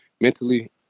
mentally